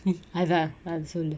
mm அதா அத சொல்லு:athaa atha sollu